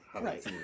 Right